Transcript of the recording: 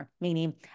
meaning